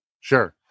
Sure